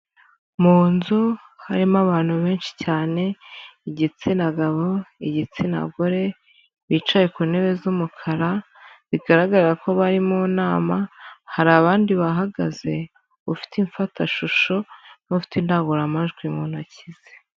Mu nzu harimo abantu benshi cyane: igitsina gabo, igitsina gore bicaye ku ntebe z'umukara, bigaragara ko bari mu nama. Hari abandi bahagaze, ufite imfatashusho nufite indangurumajwi mu ntoki ze.